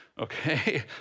okay